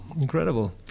Incredible